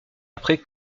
après